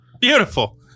beautiful